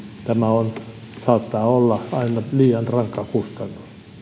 tämä saattaa olla liian rankka kustannus